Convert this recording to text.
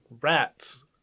Rats